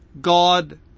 God